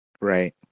Right